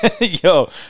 yo